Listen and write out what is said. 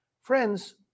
Friends